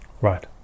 Right